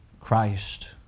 Christ